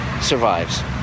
survives